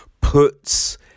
puts